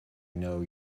know